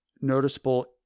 noticeable